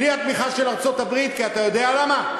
בלי התמיכה של ארצות-הברית, כי אתה יודע למה?